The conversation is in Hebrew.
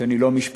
שאני לא משפטן,